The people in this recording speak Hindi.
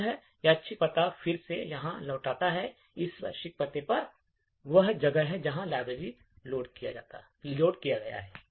तो यह यादृच्छिक पता फिर से यहां लौटता है और इस यादृच्छिक पते पर वह जगह है जहां लाइब्रेरी लोड किया गया है